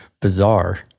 bizarre